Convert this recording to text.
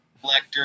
collector